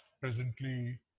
presently